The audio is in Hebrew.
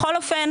בכל אופן